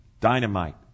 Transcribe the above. dynamite